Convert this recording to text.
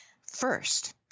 First